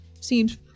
seems